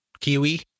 Kiwi